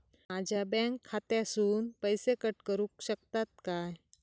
माझ्या बँक खात्यासून पैसे कट करुक शकतात काय?